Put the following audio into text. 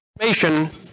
information